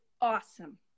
awesome